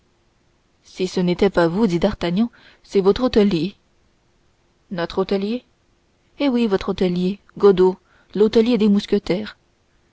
si ce n'est pas vous dit d'artagnan c'est votre hôtelier notre hôtelier eh oui votre hôtelier godeau hôtelier des mousquetaires